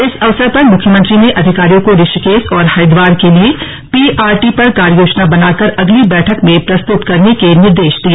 इस अवसर पर मुख्यमंत्री ने अधिकारियों को ऋषिकेश और हरिद्वार के लिए पीआरटी पर कार्ययोजना बनाकर अगली बैठक में प्रस्तुत करने के लिए निर्देश दिए